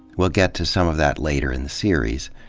we'll get to some of that later in the series.